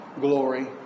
glory